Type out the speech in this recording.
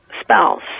spouse